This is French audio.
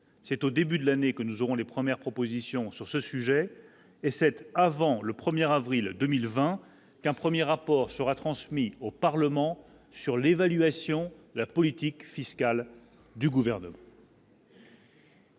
c'est au début de l'année que nous aurons les premières propositions sur ce sujet et cette avant le 1er avril 2020, un 1er rapport sera transmis au Parlement sur l'évaluation, la politique fiscale du gouvernement.